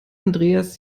andreas